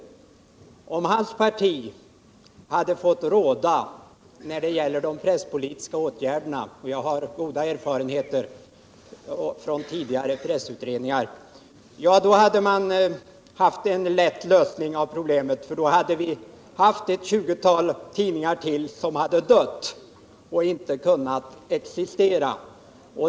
Jag har goda erfarenheter från tidigare pressutredningar och jag har den uppfattningen att om hans parti hade fått råda beträffande de presspolitiska åtgärderna, då hade vi haft en lätt lösning av problemen -— för då hade ytterligare ett tjugotal tidningar dött och inte kunnat existera.